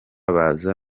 baza